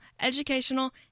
educational